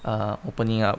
err opening up